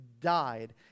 died